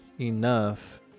enough